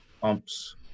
pumps